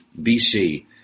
BC